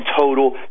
total